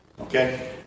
Okay